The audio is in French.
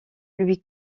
lui